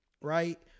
right